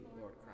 Lord